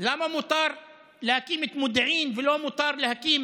למה מותר להקים את מודיעין ולא מותר להקים